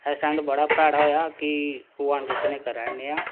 accident बड़ा भैड़ा होएआ कि भगवान कुसै ने करा नि नेहा